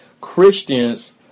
Christians